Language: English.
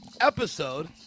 episode